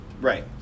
Right